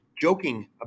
joking